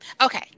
Okay